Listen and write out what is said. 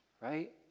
Right